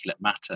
matter